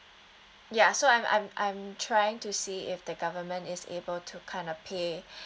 ya so I'm I'm I'm trying to see if the government is able to kind of pay